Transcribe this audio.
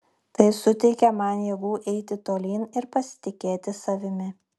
tai suteikia man jėgų eiti tolyn ir pasitikėti savimi